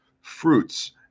fruits